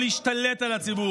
אתה לא אמור להשתלט על הציבור,